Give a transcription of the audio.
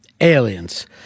aliens